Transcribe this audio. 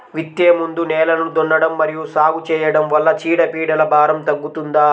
విత్తే ముందు నేలను దున్నడం మరియు సాగు చేయడం వల్ల చీడపీడల భారం తగ్గుతుందా?